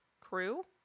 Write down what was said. crew